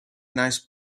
nice